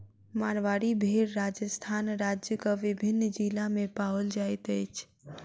मारवाड़ी भेड़ राजस्थान राज्यक विभिन्न जिला मे पाओल जाइत अछि